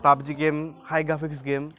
PUBG game high graphics game